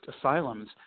asylums